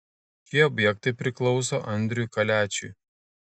šie objektai priklauso andriui kaliačiui